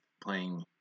playing